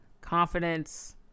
confidence